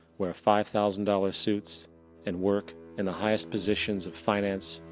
wear five thousand dollar suits and work in the highest positions of finance,